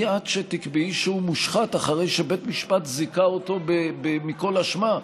מי את שתקבעי שהוא מושחת אחרי שבית המשפט זיכה אותו מכל אשמה?